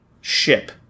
ship